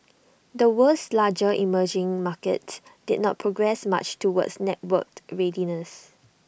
the world's larger emerging markets did not progress much towards networked readiness